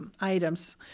items